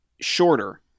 shorter